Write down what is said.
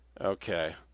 Okay